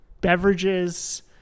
beverages